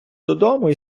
додому